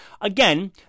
Again